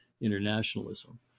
internationalism